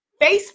Facebook